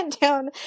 down